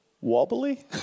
wobbly